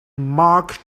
mark